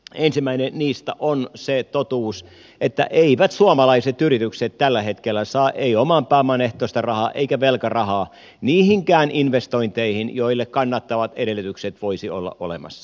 ensimmäinen niistä on se totuus että eivät suomalaiset yritykset tällä hetkellä saa oman pääoman ehtoista rahaa tai velkarahaa niihinkään investointeihin joille kannattavat edellytykset voisivat olla olemassa